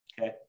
okay